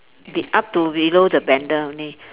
be up to below the blender only